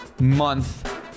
month